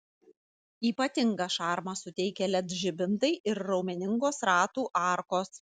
ypatingą šarmą suteikia led žibintai ir raumeningos ratų arkos